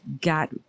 got